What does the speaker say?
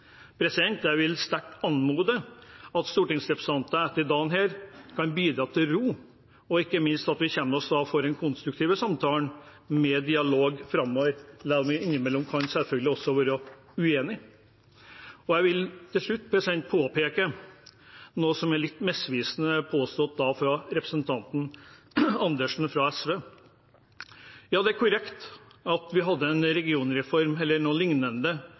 Jeg vil sterkt anmode om at stortingsrepresentantene etter denne dagen bidrar til ro, og ikke minst at vi får en konstruktiv samtale, dialog, framover, selv om vi innimellom selvfølgelig også kan være uenige. Jeg vil til slutt påpeke noe som er litt misvisende påstått av representanten Andersen fra SV. Ja, det er korrekt at vi hadde en regionreform eller noe lignende under den rød-grønne regjeringen, som overførte riksveiene i sin tid, uten i det